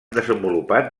desenvolupat